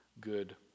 good